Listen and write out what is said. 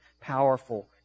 powerful